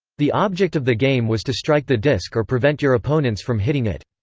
the object of the game was to strike the disk or prevent your opponents from hitting it.